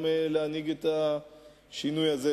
גם להנהיג את השינוי הזה.